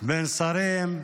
בין שרים,